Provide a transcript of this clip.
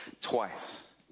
twice